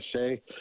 say